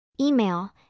Email